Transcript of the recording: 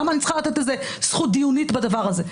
למה אני צריכה לתת איזו זכות דיונית בדבר הזה?